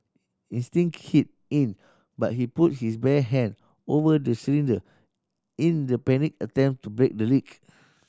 instinct kicked in but he put his bare hand over the cylinder in the panicked attempt to break the leak